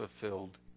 fulfilled